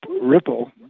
ripple